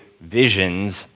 visions